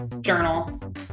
journal